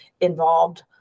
involved